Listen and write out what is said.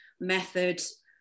methods